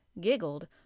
giggled